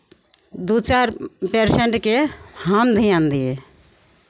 दू चारि पेशेंटके हम ध्यान दिये